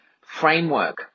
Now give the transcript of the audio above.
framework